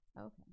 Okay